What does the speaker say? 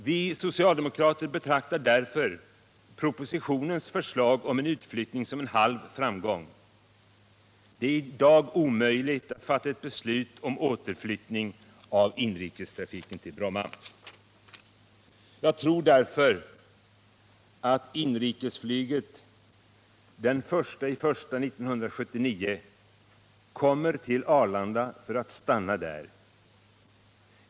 Vi socialdemokrater betraktar därför propositionens förslag om en utflyttning som en halv framgång. Det är i dag omöjligt att fatta ett beslut om återflyttning av inrikestrafiken till Bromma. Jag tror därför att inrikesflyget den 1 januari 1979 kommer till Arlanda för att stanna där.